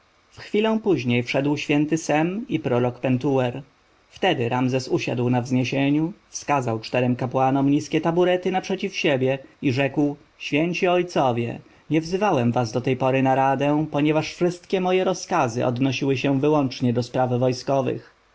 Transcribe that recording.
chwilę później wszedł święty sem i prorok pentuer wtedy ramzes usiadł na wzniesieniu wskazał czterem kapłanom niskie taburety naprzeciw siebie i rzekł święci ojcowie nie wzywałem was do tej pory na radę ponieważ wszystkie moje rozkazy odnosiły się wyłącznie do spraw wojskowych